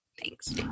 Thanks